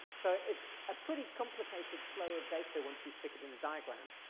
so it's a pretty complicated flow of data once you stick it in a diagram.